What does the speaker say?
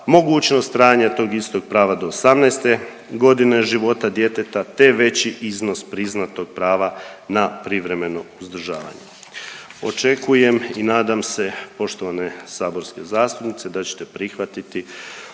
mogućnost trajanja tog istog prava do 18. godine života djeteta te veći iznos priznatog prava na privremeno uzdržavanje. Očekujem i nadam se poštovane saborske zastupnice da ćete prihvatiti